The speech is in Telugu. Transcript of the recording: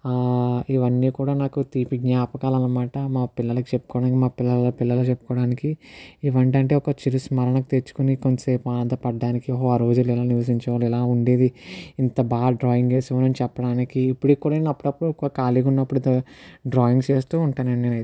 ఇవన్నీ కూడా నాకు తీపి జ్ఞాపకాలు అనమాట మా పిల్లలకు చెప్పుకోవడానికి మా పిల్లల పిల్లలకు చెప్పుకోవడానికి ఇవేంటంటే చిరుస్మరణకు తీర్చుకొని కొంతసేపు ఆనందపడడానికి ఆ రోజుల్లో ఇలా నివసించే వాళ్ళం ఇలా ఉండేది ఇంత బాగా డ్రాయింగ్ వేశామని చెప్పడానికి ఇప్పుడు కూడా నేను అప్పుడప్పుడు ఖాళీగా ఉన్నప్పుడు డ్రాయింగ్స్ వేస్తూ ఉంటానండి నేనైతే